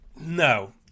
No